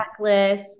checklist